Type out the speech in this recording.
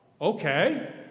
okay